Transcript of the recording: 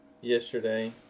yesterday